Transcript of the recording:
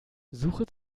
suche